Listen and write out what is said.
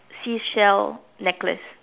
seashell necklace